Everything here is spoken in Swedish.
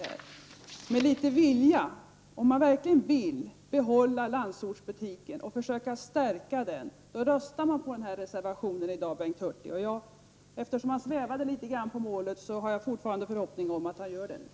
Om man verkligen vill behålla landsortsbutiken och stärka den, röstar man för denna reservation i dag, Bengt Hurtig. Eftersom Bengt Hurtig svävade litet grand på målet hyser jag fortfarande en förhoppning om att han skall göra det.